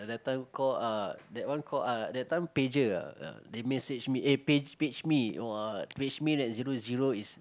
that time call uh that one call ah that time pager ah they message me eh page page me !wah! page me at zero zero is